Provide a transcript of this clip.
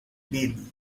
bailey